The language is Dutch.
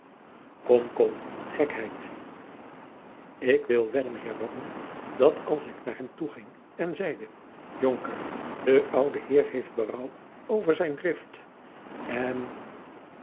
kom kom gekheid ik wil wedden heer baron dat als ik naar hem toeging en zeide jonker de oude heer heeft berouw over zijn drift en